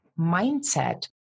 mindset